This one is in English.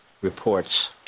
reports